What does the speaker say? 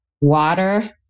water